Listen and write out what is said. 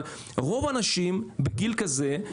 אבל רוב האנשים בגיל כזה,